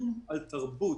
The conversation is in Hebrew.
עצום על תרבות,